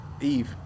eve